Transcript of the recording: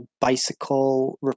bicycle